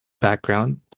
background